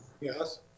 Yes